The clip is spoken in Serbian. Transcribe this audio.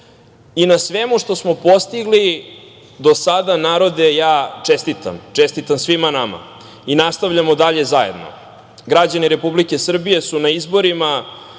na svemu što smo postigli, do sada narode, ja čestitam, čestitam svima nama i nastavljamo dalje zajedno. Građani Republike Srbije su na izborima